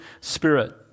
spirit